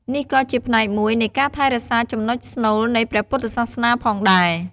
នេះក៏ជាផ្នែកមួយនៃការថែរក្សាចំណុចស្នូលនៃព្រះពុទ្ធសាសនាផងដែរ។